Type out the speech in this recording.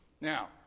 Now